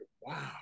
wow